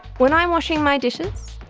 when i'm washing my dishes,